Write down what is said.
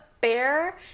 bear